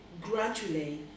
Gradually